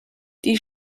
die